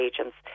agents